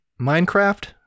Minecraft